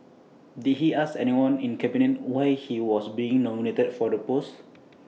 did he ask anyone in cabinet why he was being nominated for the post